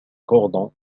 cordon